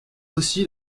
aussi